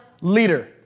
leader